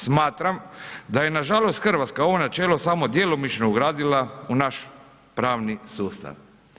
Smatram da je nažalost Hrvatska ovo načelo samo djelomično ugradila u naš pravni sustav.